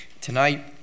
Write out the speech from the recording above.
Tonight